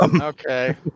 okay